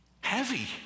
heavy